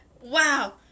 Wow